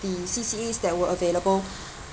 the C_C_A's that were available